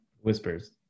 Whispers